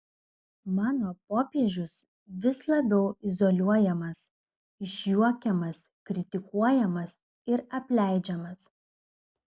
mano popiežius vis labiau izoliuojamas išjuokiamas kritikuojamas ir apleidžiamas